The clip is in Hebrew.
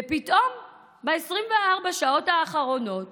ופתאום ב-24 השעות האחרונות